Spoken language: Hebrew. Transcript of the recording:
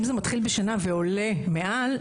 אם זה מתחיל בשנה ועולה מעל,